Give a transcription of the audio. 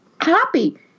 happy